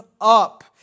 up